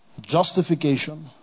Justification